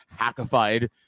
hackified